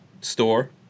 store